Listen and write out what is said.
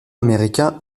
américain